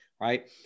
right